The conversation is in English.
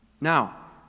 Now